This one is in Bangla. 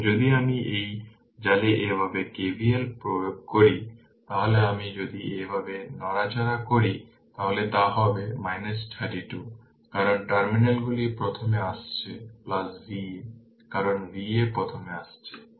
সুতরাং যদি আমি এই জালে এইভাবে KVL প্রয়োগ করি তাহলে আমি যদি এইভাবে নড়াচড়া করি তাহলে তা হবে 32 কারণ টার্মিনালগুলি প্রথমে আসছে Va কারণ Va প্রথমে আসছে